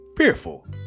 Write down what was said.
Fearful